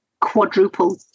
quadruple